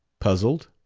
puzzled?